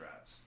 strats